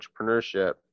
entrepreneurship